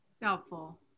Doubtful